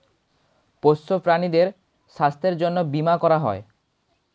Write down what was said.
পোষ্য প্রাণীদের স্বাস্থ্যের জন্যে বীমা করা হয়